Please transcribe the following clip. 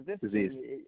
disease